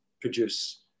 produce